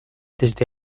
desde